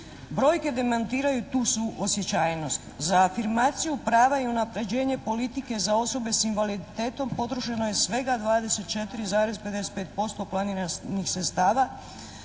Brojke demantiraju tu svu osjećajnost. Za afirmaciju prava i unapređenje politike za osobe s invaliditetom potrošeno je svega 24,55% planiranih sredstava,